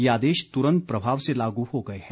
ये आदेश तुरंत प्रभाव से लागू हो गए हैं